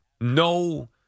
no